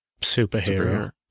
Superhero